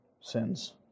sins